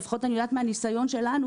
לפחות אני יודעת מהניסיון שלנו.